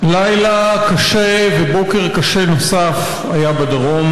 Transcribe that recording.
לילה קשה ובוקר קשה נוסף היו בדרום.